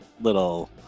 little